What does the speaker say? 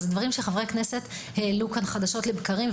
אלו נושאים שחברי כנסת העלו כאן חדשות לבקרים.